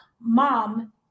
mom